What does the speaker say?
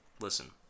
listen